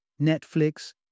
Netflix